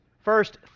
first